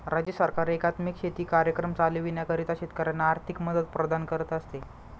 राज्य सरकार एकात्मिक शेती कार्यक्रम चालविण्याकरिता शेतकऱ्यांना आर्थिक मदत प्रदान करत असते